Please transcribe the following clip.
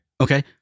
okay